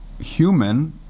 human